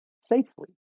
safely